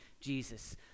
Jesus